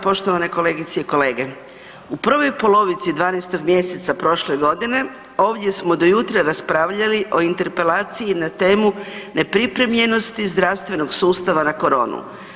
Poštovane kolegice i kolege, u prvoj polovici 12. mjeseca prošle godine ovdje smo do jutra raspravljali o interpelaciji na temu nepripremljenosti zdravstvenog sustava na koronu.